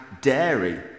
dairy